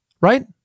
right